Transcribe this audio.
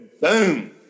boom